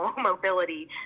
mobility